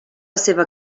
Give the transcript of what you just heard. seva